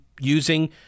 using